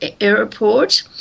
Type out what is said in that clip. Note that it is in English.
airport